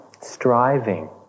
Striving